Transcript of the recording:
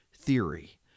theory